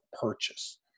purchase